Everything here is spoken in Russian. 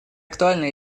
актуальна